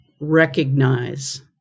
recognize